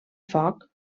foc